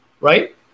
right